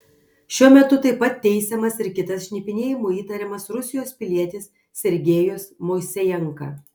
šiuo metu taip pat teisiamas ir kitas šnipinėjimu įtariamas rusijos pilietis sergejus moisejenka